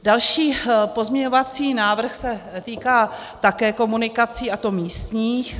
Další pozměňovací návrh se týká také komunikací, a to místních.